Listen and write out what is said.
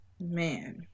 Man